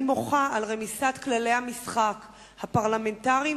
אני מוחה על רמיסת כללי המשחק הפרלמנטריים